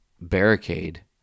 barricade